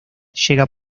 llega